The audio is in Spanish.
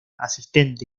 asistente